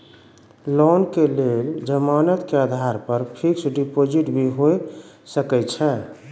Loan के लेल जमानत के आधार पर फिक्स्ड डिपोजिट भी होय सके छै?